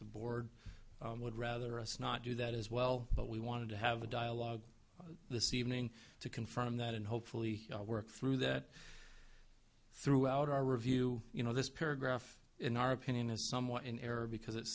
the board would rather us not do that as well but we wanted to have a dialogue this evening to confirm that and hopefully work through that throughout our review you know this paragraph in our opinion is somewhat in error because it